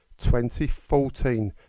2014